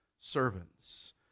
servants